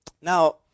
Now